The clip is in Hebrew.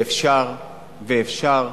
ואפשר.